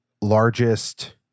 largest